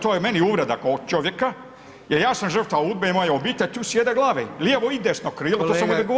To je meni uvreda kao čovjeka jer ja sam žrtva UDBA-e i moja obitelj, tu sjede glave i lijevo i desno krilo